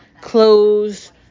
clothes